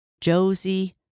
Josie